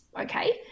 okay